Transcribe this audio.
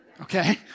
okay